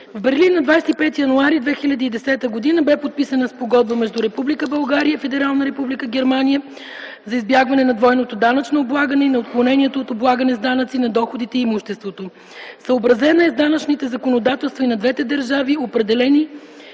В Берлин на 25 януари 2010 г. бе подписана Спогодба между Република България и Федерална република Германия за избягване на двойното данъчно облагане и на отклонението от облагане с данъци на доходите и имуществото. Съобразена е с данъчните законодателства и на двете държави, определени